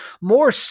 More